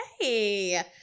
Hey